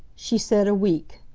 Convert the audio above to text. she said a week.